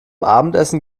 abendessen